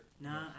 No